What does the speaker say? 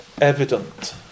evident